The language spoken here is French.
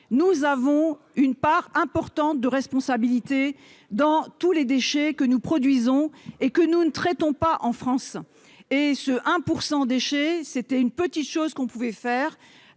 Nous avons une part importante de responsabilité dans tous les déchets que nous produisons et que nous ne traitons pas en France. Prévoir ce 1 %, c'est une petite action que nous pouvons mener,